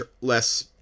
less